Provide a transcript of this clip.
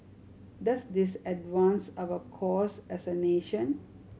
does this advance our cause as a nation